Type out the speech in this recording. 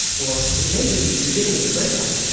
or it may just be the beginning of the break-up,